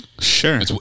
Sure